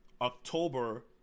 October